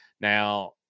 Now